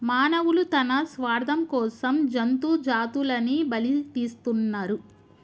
మానవులు తన స్వార్థం కోసం జంతు జాతులని బలితీస్తున్నరు